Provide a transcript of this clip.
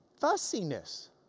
fussiness